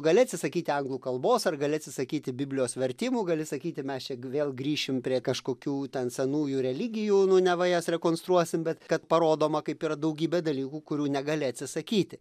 gali atsisakyti anglų kalbos ar gali atsisakyti biblijos vertimų gali sakyti mes čia vėl grįšim prie kažkokių ten senųjų religijų nu neva jas rekonstruosim bet kad parodoma kaip yra daugybė dalykų kurių negali atsisakyti